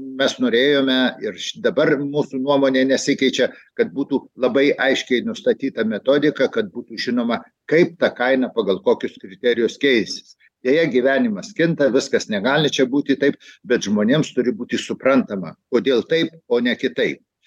mes norėjome ir dabar mūsų nuomonė nesikeičia kad būtų labai aiškiai nustatyta metodika kad būtų žinoma kaip ta kaina pagal kokius kriterijus keisis deja gyvenimas kinta viskas negali čia būti taip bet žmonėms turi būti suprantama kodėl taip o ne kitaip